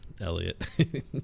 elliot